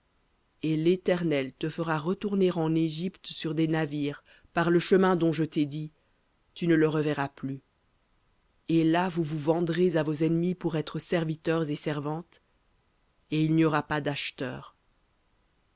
et l'éternel te fera retourner en égypte sur des navires par le chemin dont je t'ai dit tu ne le reverras plus et là vous vous vendrez à vos ennemis pour être serviteurs et servantes et il n'y aura pas d'acheteur